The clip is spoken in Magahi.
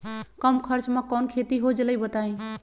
कम खर्च म कौन खेती हो जलई बताई?